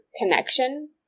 connection